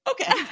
Okay